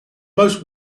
most